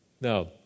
Now